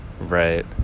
right